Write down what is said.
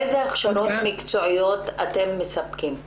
אילו הכשרות מקצועיות אתם מספקים?